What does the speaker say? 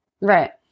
Right